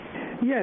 Yes